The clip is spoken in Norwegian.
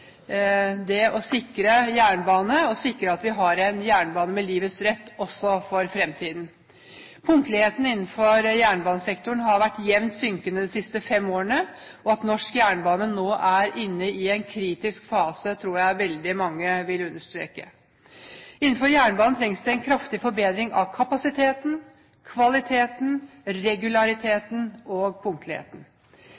gjelder å sikre at vi har en jernbane med livets rett, også i fremtiden. Punktligheten innenfor jernbanesektoren har vært jevnt synkende de siste fem årene, og at norsk jernbane nå er inne i en kritisk fase, tror jeg veldig mange vil understreke. Innenfor jernbanen trengs det en kraftig forbedring av kapasiteten, kvaliteten,